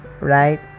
right